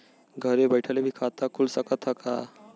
घरे बइठले भी खाता खुल सकत ह का?